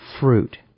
fruit